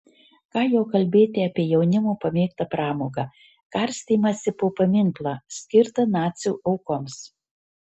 ką jau kalbėti apie jaunimo pamėgtą pramogą karstymąsi po paminklą skirtą nacių aukoms